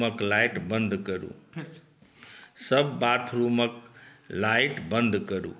सब बाथरूमक लाइट बंद करु